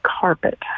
carpet